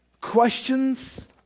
questions